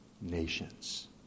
nations